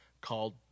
called